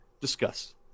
Discuss